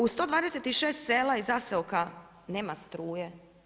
U 126 sela i zaseoka nema struje.